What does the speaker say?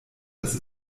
dass